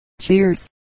Cheers